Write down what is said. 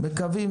מקווים